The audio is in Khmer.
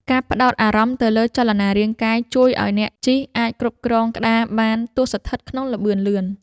ការផ្ដោតអារម្មណ៍ទៅលើចលនារាងកាយ ជួយឱ្យអ្នកជិះអាចគ្រប់គ្រងក្ដារបានទោះស្ថិតក្នុងល្បឿនលឿន។